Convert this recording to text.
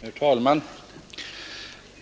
Herr talman!